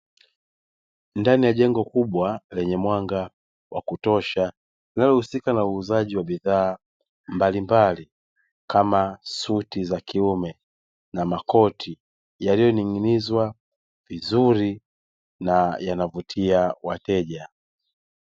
Ndani ya jengo kubwa lenye mwanga wa kutosha linalohusika na uuzaji wa bidhaa mbalimbali kama suti za kiume, na makoti yaliyoning`inizwa vizuri na yanavutia wateja.